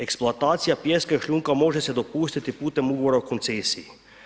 Eksploatacija pijeska i šljunka može se dopustiti putem Ugovora o koncesiji.